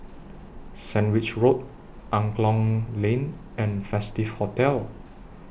Sandwich Road Angklong Lane and Festive Hotel